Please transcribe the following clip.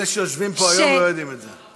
אלה שיושבים פה היום לא יודעים את זה.